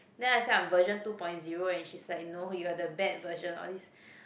then I say I'm version two point zero and she's like no you are the bad version all these